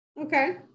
Okay